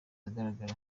ahagaraga